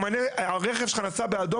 אם הרכב שלך נסע באדום,